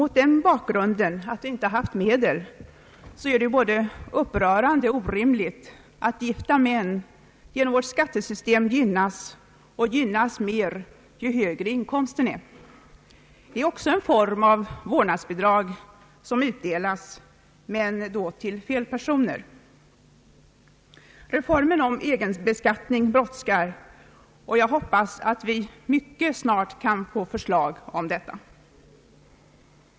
Mot bakgrunden av att det inte funnits medel för detta ändamål är det både upprörande och orimligt att gifta män genom vårt skattesystem gynnas, och gynnas mer ju högre inkomsten är. Det är en form av vårdnadsbidrag som utdelas men till fel personer. Reformen om egenbeskattning brådskar, och jag hoppas att vi mycket snart kan få förslag därom.